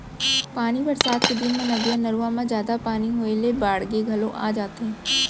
पानी बरसात के दिन म नदिया, नरूवा म जादा पानी होए ले बाड़गे घलौ आ जाथे